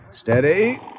Steady